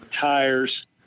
tires